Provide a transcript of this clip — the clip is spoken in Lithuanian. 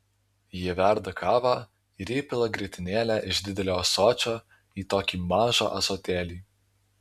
jie verda kavą ir įpila grietinėlę iš didelio ąsočio į tokį mažą ąsotėlį